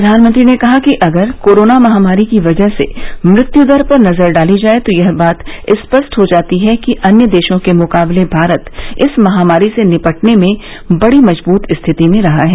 प्रधानमंत्री ने कहा कि अगर कोरोना महामारी की वजह से मृत्यु दर पर नजर डाली जाए तो यह बात स्पष्ट हो जाती है कि अन्य देशों के मुकाबले भारत इस महामारी से निपटने में बड़ी मजबूत स्थिति में रहा है